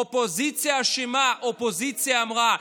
האופוזיציה אשמה, האופוזיציה אמרה.